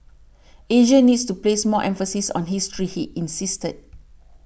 Asia needs to place more emphasis on history he insisted